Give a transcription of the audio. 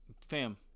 fam